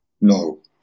No